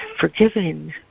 Forgiving